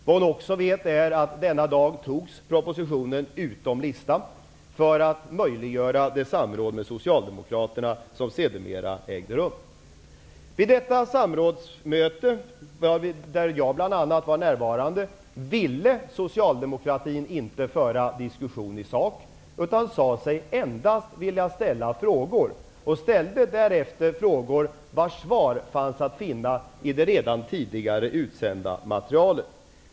Vad hon också vet är att denna dag togs propositionen utom listan för att möjliggöra det samråd med Socialdemokraterna som sedermera ägde rum. Vid detta samrådsmöte, där bl.a. jag var närvarande, ville socialdemokraterna inte föra diskussion i sak. Man sade sig endast vilja ställa frågor. Därefter ställde man frågor till vilka svaren stod att finna i det redan utsända materialet.